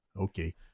okay